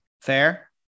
fair